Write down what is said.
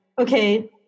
okay